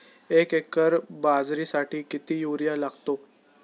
एक एकर बाजरीसाठी किती युरिया लागतो?